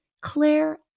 Claire